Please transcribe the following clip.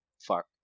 Fuck